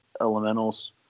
elementals